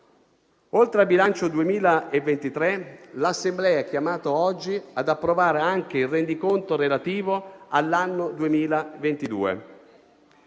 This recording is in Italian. Oltre al bilancio 2023, l'Assemblea è chiamata oggi ad approvare anche il rendiconto relativo all'anno 2022.